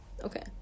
Okay